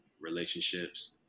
relationships